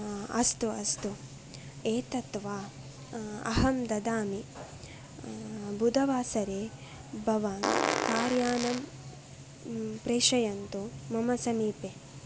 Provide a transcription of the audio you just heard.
अस्तु अस्तु एतद् वा अहं ददामि बुधवासरे भवान् कार् यानं प्रेषयन्तु मम समीपे